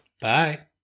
Bye